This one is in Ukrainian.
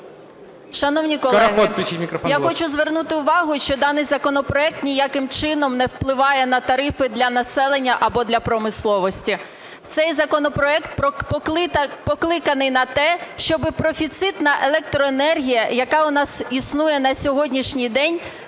Шановні колеги, я хочу звернути увагу, що даний законопроект ніяким чином не впливає на тарифи для населення або для промисловості. Цей законопроект покликаний на те, щоб профіцитна електроенергія, яка у нас існує на сьогоднішній день,